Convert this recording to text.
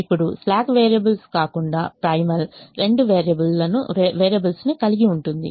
ఇప్పుడు slack variables కాకుండా primal కు రెండు వేరియబుల్స్ లను కలిగి ఉంటుంది